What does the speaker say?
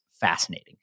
fascinating